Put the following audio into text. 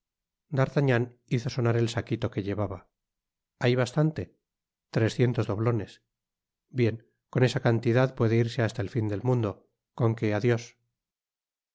artagnan hizo sonar el saquilo que llevaba hay bastante trescientos doblones bien con esa cantidad puede irse hasta el fin del mundo con que adios